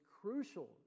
crucial